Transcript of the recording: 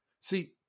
See